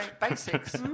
basics